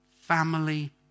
family